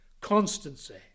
constancy